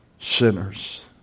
sinners